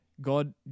God